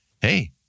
hey